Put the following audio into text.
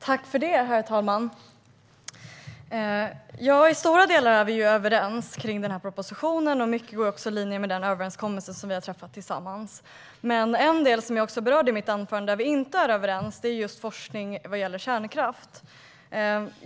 Herr talman! I stora delar är vi överens vad gäller denna proposition. Mycket går också i linje med den överenskommelse som vi tillsammans har träffat. En del där vi inte är överens är forskning vad gäller kärnkraft, vilket jag berörde i mitt anförande.